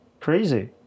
crazy